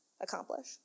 accomplish